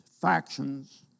factions